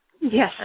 Yes